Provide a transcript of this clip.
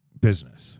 Business